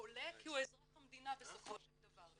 לעולה כי הוא אזרח המדינה בסופו של דבר.